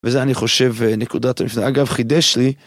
וזה אני חושב אה.. נקודת, זה אגב חידש לי.